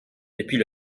depuis